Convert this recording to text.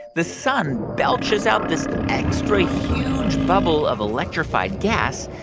the sun belches out this extra-huge bubble of electrified gas.